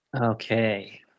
Okay